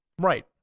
Right